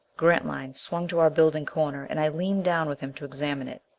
grantline swung to our building corner, and i leaned down with him to examine it.